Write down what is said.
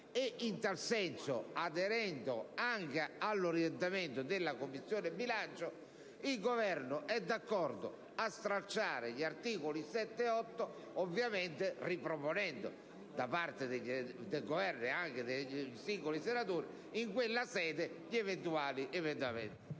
Ed in tal senso, aderendo anche all'orientamento della Commissione bilancio, il Governo è d'accordo a stralciare gli articoli 7 ed 8, ovviamente riproponendo da parte del Governo e anche dei singoli senatori in quella sede gli eventuali emendamenti.